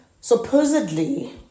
Supposedly